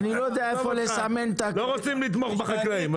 לא רוצים לתמוך בחקלאים,